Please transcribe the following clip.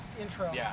intro